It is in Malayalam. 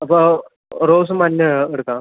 അപ്പോ റോസും മഞ്ഞയും എടുക്കാം